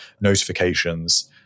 notifications